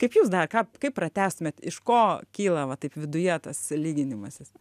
kaip jūs dar ką kaip pratęstumėt iš ko kyla va taip viduje tas lyginimasis